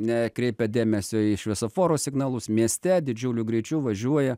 nekreipia dėmesio į šviesoforo signalus mieste didžiuliu greičiu važiuoja